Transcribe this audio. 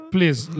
Please